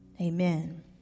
Amen